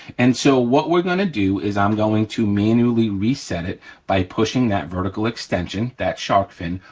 and so what we're gonna do is i'm going to manually reset it by pushing that vertical extension, that shark fin,